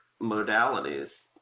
modalities